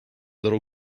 little